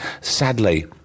Sadly